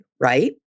right